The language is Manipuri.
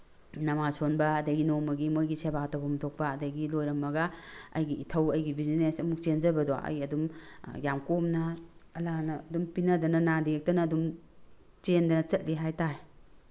ꯅꯃꯥꯖ ꯁꯣꯟꯕ ꯑꯗꯒꯤ ꯅꯣꯡꯃꯒꯤ ꯃꯣꯏꯒꯤ ꯁꯦꯕꯥ ꯇꯧꯕꯝ ꯊꯣꯛꯄ ꯑꯗꯒꯤ ꯂꯣꯏꯔꯝꯃꯒ ꯑꯩꯒꯤ ꯏꯊꯧ ꯑꯩꯒꯤ ꯕꯤꯖꯤꯅꯦꯁ ꯑꯃꯨꯛ ꯆꯦꯟꯖꯕꯗꯣ ꯑꯩ ꯑꯗꯨꯝ ꯌꯥꯝꯅ ꯀꯣꯝꯅ ꯑꯜꯂꯥꯅ ꯑꯗꯨꯝ ꯄꯤꯅꯗꯅ ꯅꯥꯗ ꯌꯦꯛꯇꯅ ꯑꯗꯨꯝ ꯆꯦꯟꯗꯅ ꯆꯠꯂꯤ ꯍꯥꯏ ꯇꯥꯔꯦ